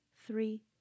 three